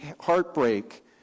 heartbreak